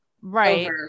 Right